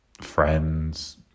friends